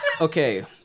okay